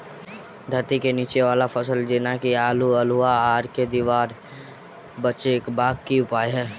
धरती केँ नीचा वला फसल जेना की आलु, अल्हुआ आर केँ दीवार सऽ बचेबाक की उपाय?